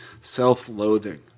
Self-loathing